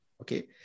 Okay